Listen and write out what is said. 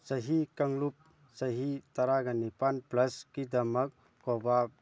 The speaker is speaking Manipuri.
ꯆꯍꯤ ꯀꯥꯡꯂꯨꯞ ꯆꯍꯤ ꯇꯔꯥꯒ ꯅꯤꯄꯥꯜ ꯄ꯭ꯂꯁꯀꯤꯗꯃꯛ ꯀꯣꯕꯥꯛ